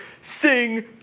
Sing